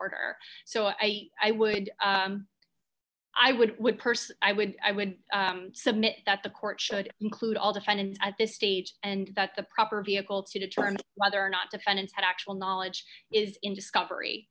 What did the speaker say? order so i i would i would would person i would i would submit that the court should include all defendants at this stage and that the proper vehicle to determine whether or not defendants had actual knowledge is in discovery